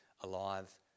alive